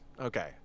Okay